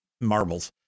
marbles